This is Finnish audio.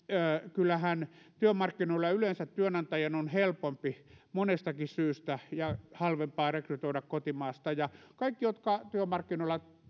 kyllähän työmarkkinoilla yleensä työnantajien on helpompi monestakin syystä halvempaa rekrytoida kotimaasta ja kaikki jotka työmarkkinoilla